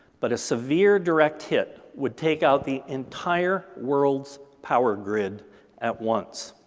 but a severe direct hit would take out the entire world's power grid at once,